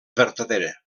vertadera